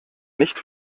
nicht